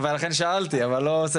אבל סימון יחליף אותי.